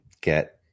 get